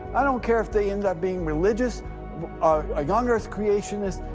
i don't care if they end up being religious or ah young-earth creationists.